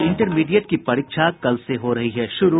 और इंटरमीडिएट की परीक्षा कल से हो रही है शुरू